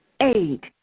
eight